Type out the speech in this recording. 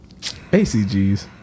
ACGs